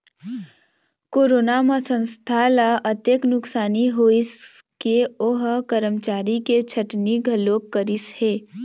corona म संस्था ल अतेक नुकसानी होइस के ओ ह करमचारी के छटनी घलोक करिस हे